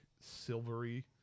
silvery